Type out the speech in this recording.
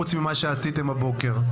חוץ ממה שעשיתם הבוקר.